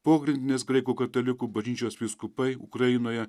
pogrindinės graikų katalikų bažnyčios vyskupai ukrainoje